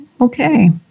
Okay